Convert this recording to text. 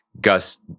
Gus